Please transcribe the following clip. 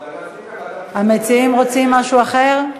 המציעים רוצים משהו אחר?